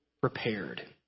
prepared